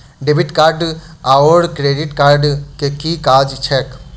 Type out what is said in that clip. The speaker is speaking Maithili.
डेबिट कार्ड आओर क्रेडिट कार्ड केँ की काज छैक?